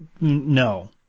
No